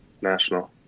national